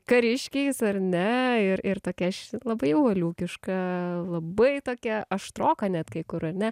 kariškiais ar ne ir ir tokia š labai valiūkiška labai tokia aštroka net kai kur ar ne